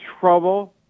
trouble